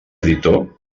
editor